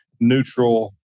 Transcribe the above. neutral